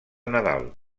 nadal